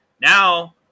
now